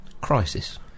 Crisis